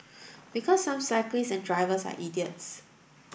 because some cyclists and drivers are idiots